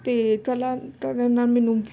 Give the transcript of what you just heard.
ਅਤੇ ਕਲਾ ਕਰਨ ਨਾਲ ਮੈਨੂੰ